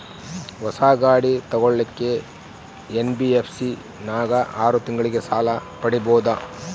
ಹೊಸ ಗಾಡಿ ತೋಗೊಳಕ್ಕೆ ಎನ್.ಬಿ.ಎಫ್.ಸಿ ನಾಗ ಆರು ತಿಂಗಳಿಗೆ ಸಾಲ ಪಡೇಬೋದ?